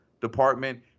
department